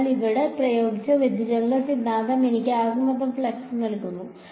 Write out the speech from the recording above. അതിനാൽ ഇവിടെ പ്രയോഗിച്ച വ്യതിചലന സിദ്ധാന്തം എനിക്ക് മൊത്തം ഫ്ലക്സ് നൽകും